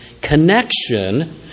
connection